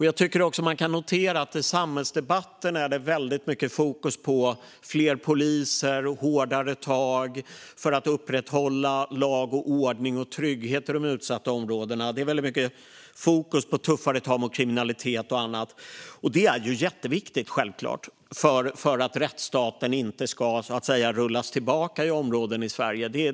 Jag tycker också att man kan notera att det i samhällsdebatten är väldigt mycket fokus på fler poliser och hårdare tag för att upprätthålla lag och ordning och trygghet i de utsatta områdena. Det är väldigt mycket fokus på tuffare tag mot kriminalitet och annat, och detta är självklart jätteviktigt för att rättsstaten inte ska rullas tillbaka i områden i Sverige.